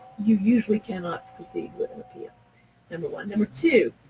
you usually cannot proceed with an appeal, number one. number two,